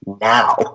now